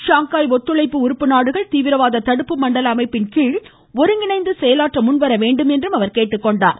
Shanghai ஒத்துழைப்பு உறுப்பு நாடுகள் தீவிரவாத தடுப்பு மண்டல அமைப்பின் கீழ் ஒருங்கிணைந்து செயலாற்ற முன்வர வேண்டும் என்றும் கேட்டுக்கொண்டார்